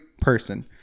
person